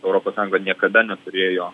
europos sąjunga niekada neturėjo